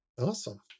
Awesome